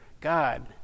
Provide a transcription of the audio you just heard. God